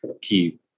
key